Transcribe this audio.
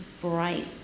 bright